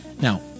Now